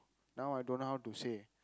now I don't know how to say